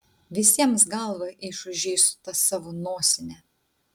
visiems galvą išūžei su ta savo nosine